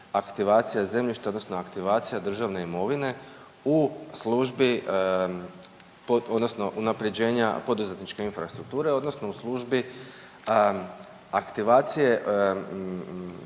aktivacija zemljišta odnosno aktivacija državne imovine u službi odnosno unapređenja poduzetničke infrastrukture odnosno u službi aktivacije